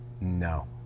No